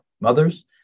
mothers